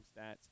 stats